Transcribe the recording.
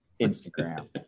Instagram